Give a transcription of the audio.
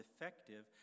effective